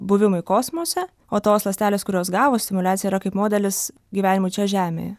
buvimui kosmose o tos ląstelės kurios gavo stimuliaciją yra kaip modelis gyvenimo čia žemėje